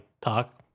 talk